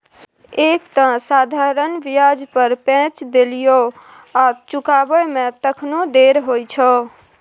एक तँ साधारण ब्याज पर पैंच देलियौ आ चुकाबै मे तखनो देर होइ छौ